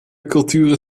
culturen